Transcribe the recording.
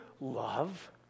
love